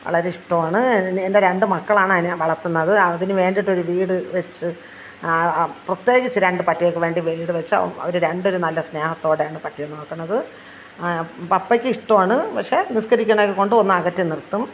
വളരെ ഇഷ്ടമാണ് എൻ്റെ രണ്ടു മക്കളാണ് അതിനെ വളർത്തുന്നത് അതിനുവേണ്ടിയിട്ട് ഒരു വീടു വെച്ച് പ്രത്യേകിച്ച് രണ്ടു പട്ടികൾക്കു വേണ്ടി വീടു വെച്ച് അവർ രണ്ടു പേരും നല്ല സ്നേഹത്തോടെയാണ് പട്ടികളെ നോക്കുന്നത് പപ്പയ്ക്ക് ഇഷ്ടമാണ് പക്ഷേ നിസ്കരിക്കണതൊക്കെ കൊണ്ട് ഒന്നകറ്റി നിർത്തും